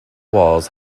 walls